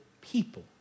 people